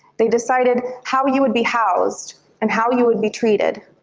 they decided how you would be housed and how you would be treated.